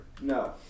No